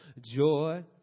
joy